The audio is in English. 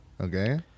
Okay